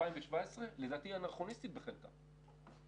לדעתי היא אנכרוניסטית בחלקה.